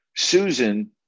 Susan